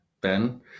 Ben